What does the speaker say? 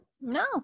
no